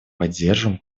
поддерживаем